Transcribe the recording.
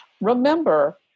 Remember